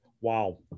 wow